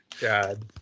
God